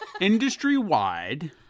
Industry-wide